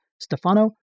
Stefano